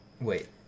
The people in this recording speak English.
Wait